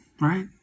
right